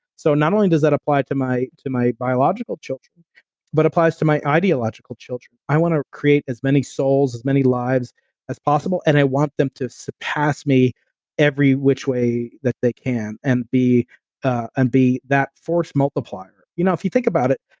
so not only does that apply to my to my biological children but applies to my ideological children. i want to create as many souls, as many lives as possible, and i want them to surpass me every which way that they can and be ah and be that force multiplier. you know if you think about it,